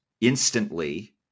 instantly